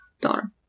daughter